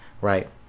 right